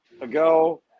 ago